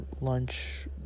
lunch